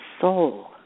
soul